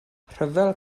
rhyfel